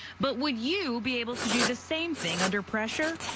but would you be able to do the same thing under pressure?